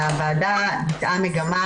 הוועדה ביטאה מגמה